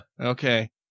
Okay